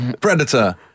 Predator